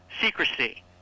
secrecy